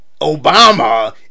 Obama